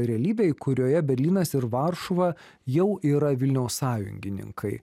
realybėj kurioje berlynas ir varšuva jau yra vilniaus sąjungininkai